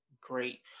great